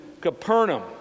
Capernaum